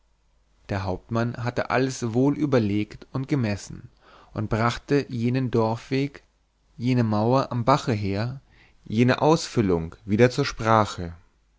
der hauptmann hatte alles wohl überlegt und gemessen und brachte jenen dorfweg jene mauer am bache her jene ausfüllung wieder zur sprache